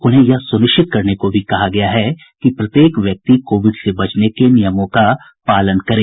उन्हें यह सुनिश्चित करने को भी कहा गया है कि प्रत्येक व्यक्ति कोविड से बचने के नियमों का पालन करे